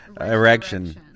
Erection